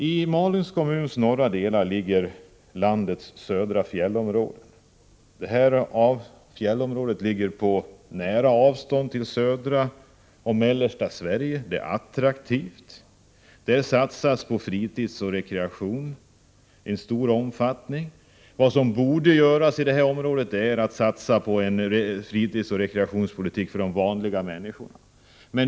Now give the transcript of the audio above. I Malungs kommuns norra delar ligger landets södra fjällområde. Detta fjällområde ligger på nära avstånd från södra och mellersta Sverige. Det är attraktivt, och man satsar i stor omfattning på rekreation och fritidsaktiviteter. Vad som borde göras i detta område är att satsa på en fritidsoch rekreationspolitik för de vanliga människorna.